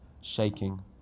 shaking